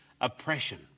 oppression